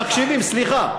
תדבר, סליחה,